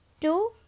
two